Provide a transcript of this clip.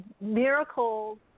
Miracles